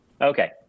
Okay